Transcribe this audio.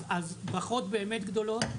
אז ברכות באמת גדולות.